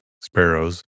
sparrows